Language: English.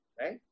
right